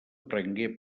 prengué